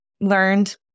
learned